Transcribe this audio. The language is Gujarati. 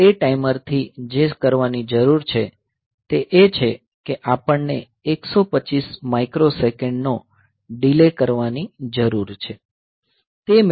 આપણે તે ટાઈમર થી જે કરવાની જરૂર છે તે એ છે કે આપણને 125 માઇક્રોસેકન્ડ નો ડીલે કરવાની જરૂર છે